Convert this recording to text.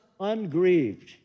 ungrieved